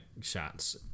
shots